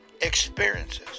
Experiences